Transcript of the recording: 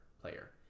player